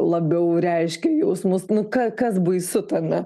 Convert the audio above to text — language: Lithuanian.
labiau reiškia jausmus nu ka kas baisu tame